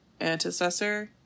antecessor